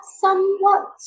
somewhat